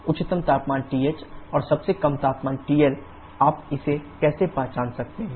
उच्चतम तापमान TH और सबसे कम तापमान TL आप इसे कैसे पहचान सकते हैं